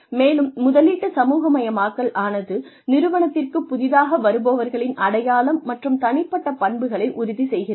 மேலும் முதலீட்டு சமூகமயமாக்கல் ஆனது நிறுவனத்திற்குப் புதிதாக வருபவர்களின் அடையாளம் மற்றும் தனிப்பட்ட பண்புகளை உறுதிசெய்கிறது